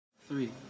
three